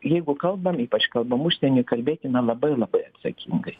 jeigu kalbam ypač kalbam užsieny kalbėkime labai labai atsakingai